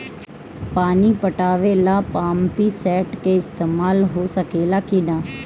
पानी पटावे ल पामपी सेट के ईसतमाल हो सकेला कि ना?